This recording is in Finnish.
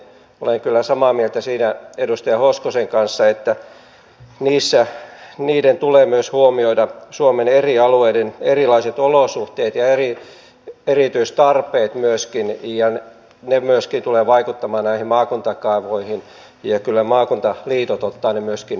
olen kyllä samaa mieltä siitä edustaja hoskosen kanssa että niiden tulee myöskin huomioida suomen eri alueiden erilaiset olosuhteet ja erityistarpeet ja ne myöskin tulevat vaikuttamaan näihin maakuntakaavoihin ja kyllä maakuntaliitot ottavat ne myöskin asiallisesti huomioon